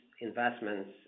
investments